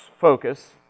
focus